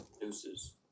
Deuces